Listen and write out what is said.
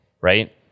right